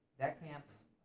thatcamps,